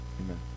Amen